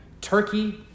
Turkey